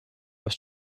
was